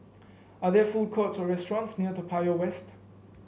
are there food courts or restaurants near Toa Payoh West